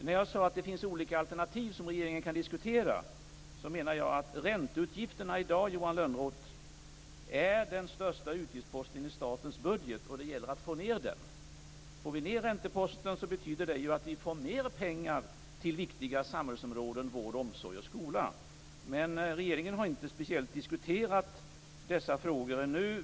När jag sade att det finns olika alternativ som regeringen kan diskutera menade jag att ränteutgifterna i dag, Johan Lönnroth, är den största utgiftsposten i statens budget. Det gäller därför att få ned den. Får vi ned ränteposten betyder det att vi får mer pengar till viktiga samhällsområden som vård, omsorg och skola. Regeringen har ännu inte speciellt diskuterat dessa frågor.